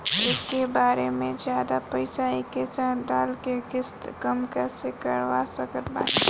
एके बार मे जादे पईसा एके साथे डाल के किश्त कम कैसे करवा सकत बानी?